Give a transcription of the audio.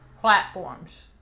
platforms